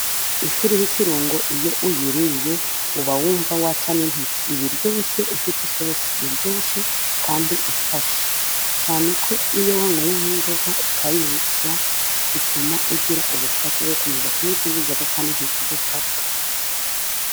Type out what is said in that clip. Ifi iriho y'ikirungo iyo uyiriye uba wumva waca n' intoki, iba iryoshye, ifite isosi, iryoshe kandi ifashe, cyane ko iyo wanyweye nk'inzoga ukayirya bituma ugira ubushake bwo gukomeza kunywa izindi nzoga kandi ntizigufate.